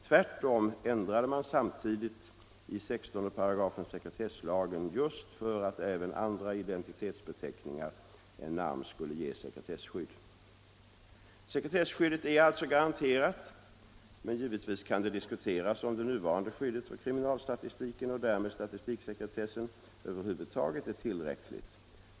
Tvärtom ändrade man samtidigt i 16 § sekretesslagen just för att även andra identitetsbeteckningar än namn skulle ge sekretessskydd. Sekretesskyddet är alltså garanterat, men givetvis kan det diskuteras om det nuvarande skyddet för kriminalstatistiken och därmed statistiksekretessen över huvud taget är tillräcklig.